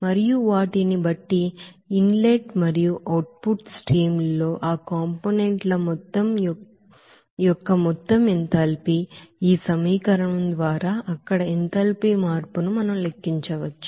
మరియు వాటిని బట్టి ఇన్ లెట్ మరియు అవుట్ పుట్ స్ట్రీమ్ ల్లో ఆ కాంపోనెంట్ ల యొక్క మొత్తం ఎంథాల్పీ ఈ సమీకరణం ద్వారా అక్కడ ఎంథాల్పీ మార్పును మనం లెక్కించవచ్చు